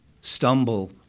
stumble